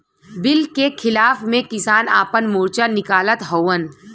bill के खिलाफ़ में किसान आपन मोर्चा निकालत हउवन